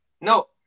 No